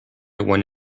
went